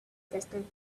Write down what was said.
testing